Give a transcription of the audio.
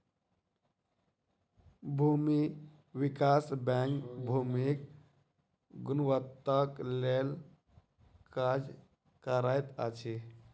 भूमि विकास बैंक भूमिक गुणवत्ताक लेल काज करैत अछि